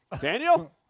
Daniel